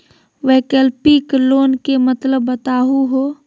वैकल्पिक लोन के मतलब बताहु हो?